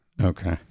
Okay